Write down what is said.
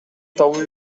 табуу